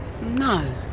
No